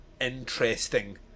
interesting